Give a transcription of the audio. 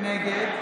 נגד